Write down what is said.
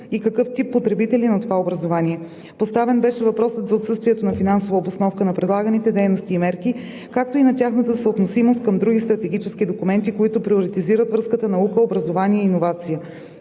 и какъв тип потребители на това образование. Поставен беше въпросът за отсъствието на финансова обосновка на предлаганите дейности и мерки, както и тяхната съотносимост към други стратегически документи, които приоритизират връзката наука – образование – иновация.